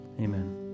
amen